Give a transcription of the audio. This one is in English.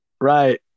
Right